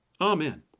Amen